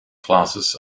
classes